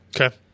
Okay